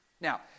Now